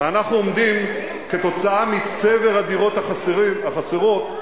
וכתוצאה מצבר הדירות החסרות,